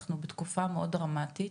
אנחנו בתקופה מאוד דרמטית